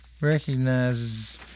recognizes